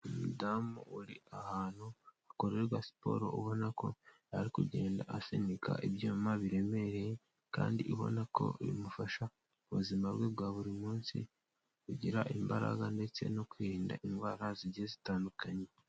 Umudamu uri ahantu hakorerwa siporo, ubona ko ari kugenda asunika ibyuma biremereye, kandi ubona ko bimufasha mu buzima bwe bwa buri munsi, kugira imbaraga ndetse no kwirinda indwara zigiye zitandukanye.